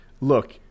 look